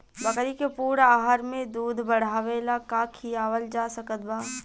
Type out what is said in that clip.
बकरी के पूर्ण आहार में दूध बढ़ावेला का खिआवल जा सकत बा?